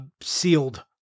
Sealed